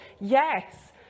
Yes